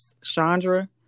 Chandra